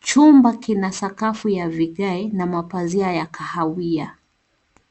Chumba kina sakafu ya vigae na mapazia ya kahawia.